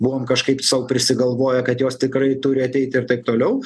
buvom kažkaip sau prisigalvoję kad jos tikrai turi ateit ir taip toliau